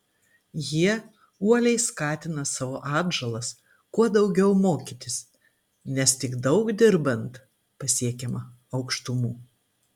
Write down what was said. jie uoliai skatina savo atžalas kuo daugiau mokytis nes tik daug dirbant pasiekiama aukštumų